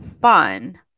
fun